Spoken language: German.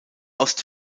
ost